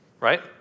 right